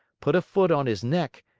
put a foot on his neck,